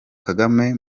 kagame